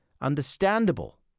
understandable